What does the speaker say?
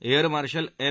air marshal M